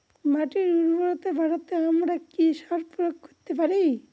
মাটির উর্বরতা বাড়াতে আমরা কি সার প্রয়োগ করতে পারি?